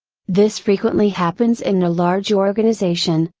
this frequently happens in a large organization,